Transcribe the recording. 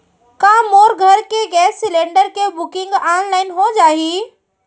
का मोर घर के गैस सिलेंडर के बुकिंग ऑनलाइन हो जाही?